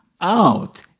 out